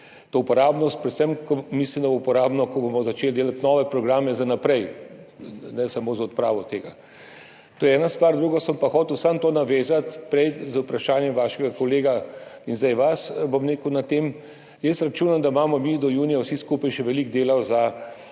teh gradivih, predvsem mislim, da bo uporabno, ko bomo začeli delati nove programe za naprej, ne samo za odpravo tega. To je ena stvar. Drugo sem se pa hotel samo navezati na vprašanje vašega kolega in zdaj vas glede tega, jaz računam, da imamo mi do junija vsi skupaj še veliko dela s